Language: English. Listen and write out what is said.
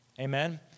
amen